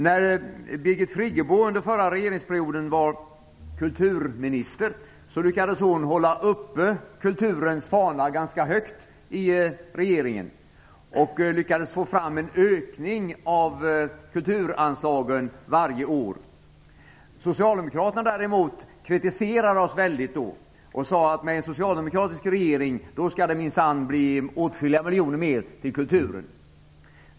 När Birgit Friggebo under den förra regeringsperioden var kulturminister lyckades hon hålla uppe kulturens fana ganska högt i regeringen och lyckades få fram en ökning av kulturanslagen varje år. Socialdemokraterna däremot kritiserade oss och sade att med en socialdemokratisk regering skall det minsann bli åtskilliga miljoner mer till kultur.